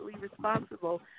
responsible